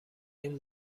این